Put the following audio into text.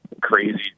crazy